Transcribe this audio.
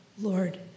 Lord